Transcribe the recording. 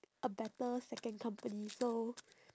a better second company so